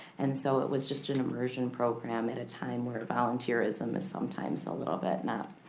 and so it was just an immersion program at a time where volunteerism is sometimes a little bit not.